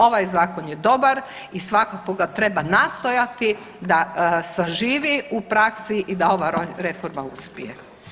Ovaj zakon je dobar i svakako ga treba nastojati da saživi u praksi i da ova reforma uspije.